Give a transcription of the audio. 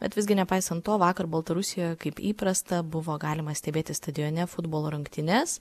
bet visgi nepaisant to vakar baltarusijoje kaip įprasta buvo galima stebėti stadione futbolo rungtynes